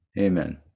Amen